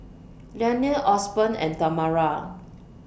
Liane Osborn and Tamara